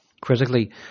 Critically